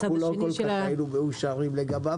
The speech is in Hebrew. אנחנו לא כל כך היינו מאושרים לגביו